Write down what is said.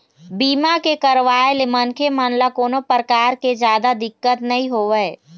बीमा के करवाय ले मनखे मन ल कोनो परकार के जादा दिक्कत नइ होवय